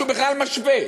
שהוא בכלל משווה?